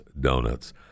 donuts